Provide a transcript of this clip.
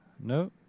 No